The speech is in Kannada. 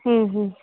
ಹ್ಞೂ ಹ್ಞೂ